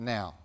Now